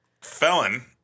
Felon